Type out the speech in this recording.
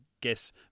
guess